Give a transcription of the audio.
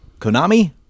Konami